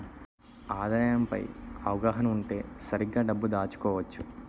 ఆదాయం పై అవగాహన ఉంటే సరిగ్గా డబ్బు దాచుకోవచ్చు